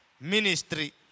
ministry